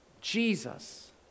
Jesus